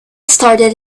started